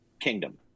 Kingdom